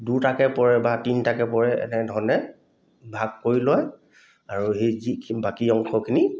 দুটাকৈ পৰে বা তিনিটাকৈ পৰে এনেধৰণে ভাগ কৰি লয় আৰু সেই যিখিন বাকী অংশখিনি